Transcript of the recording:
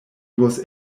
was